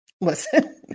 listen